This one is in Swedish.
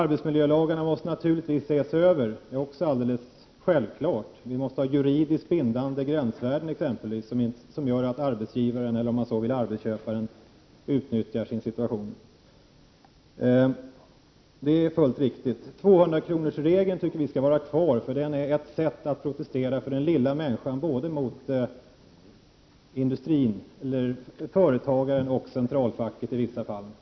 Det är också alldeles självklart att arbetsmiljölagarna måste ses över. Vi måste exempelvis få juridiskt bindande gränsvärden som gör att arbetsgivaren — eller om man så vill arbetsköparen — inte kan utnyttja sin situation. Vi tycker att 200-kronorsregeln skall vara kvar. Den ger möjlighet för den lilla människan att protestera både mot företagaren och i vissa fall centralfacket.